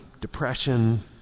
depression